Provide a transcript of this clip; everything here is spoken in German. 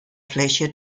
fläche